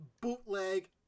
bootleg